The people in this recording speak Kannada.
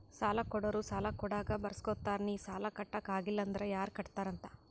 ಸಾಲಾ ಕೊಡೋರು ಸಾಲಾ ಕೊಡಾಗ್ ಬರ್ಸ್ಗೊತ್ತಾರ್ ನಿ ಸಾಲಾ ಕಟ್ಲಾಕ್ ಆಗಿಲ್ಲ ಅಂದುರ್ ಯಾರ್ ಕಟ್ಟತ್ತಾರ್ ಅಂತ್